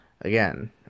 Again